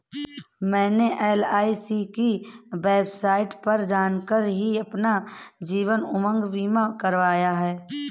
मैंने एल.आई.सी की वेबसाइट पर जाकर ही अपना जीवन उमंग बीमा करवाया है